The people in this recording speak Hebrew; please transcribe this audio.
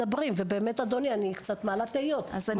אז אני מעלה תהיות אדוני,